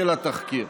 של התחקיר